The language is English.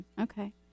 Okay